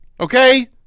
Okay